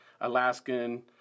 Alaskan